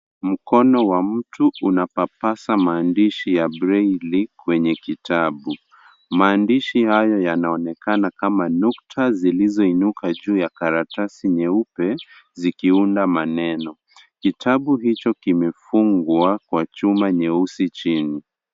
Mkono wa mtu una papasa maaandishi ya braili kwenye kitabu. Maandishi hayo yanaonekana kama nukta zilizo inuka juu ya karatasi nyeupe zikiunda maneno. Kitabu hicho kimefungwa kwa chuma nyeusi chini.